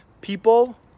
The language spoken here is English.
people